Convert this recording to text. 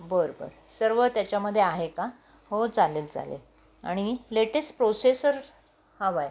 बरं बरं सर्व त्याच्यामध्ये आहे का हो चालेल चालेल आणि लेटेस्ट प्रोसेसर हवा आहे